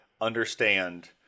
understand